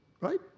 right